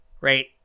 right